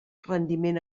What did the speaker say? rendiment